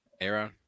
Aaron